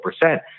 percent